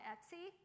Etsy